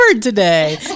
today